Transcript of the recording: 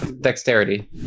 Dexterity